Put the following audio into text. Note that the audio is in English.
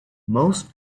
most